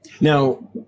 Now